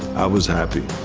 i was happy.